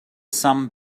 sum